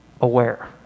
aware